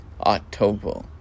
October